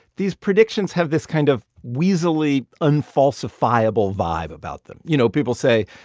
these predictions have this kind of weaselly, unfalsifiable vibe about them. you know, people say,